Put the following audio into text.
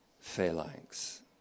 Phalanx